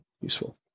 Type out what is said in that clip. useful